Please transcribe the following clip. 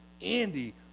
Andy